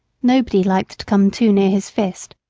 nobody liked to come too near his fist,